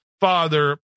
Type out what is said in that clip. father